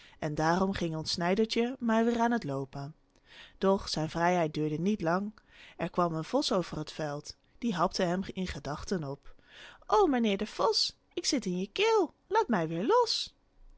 en daarom ging ons snijdertje maar weêr aan het loopen doch zijn vrijheid duurde niet lang er kwam een vos over het veld die hapte hem in gedachten op o mijnheer de vos ik zit in je keel laat mij weêr los